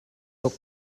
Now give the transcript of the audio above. tuk